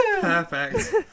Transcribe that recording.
perfect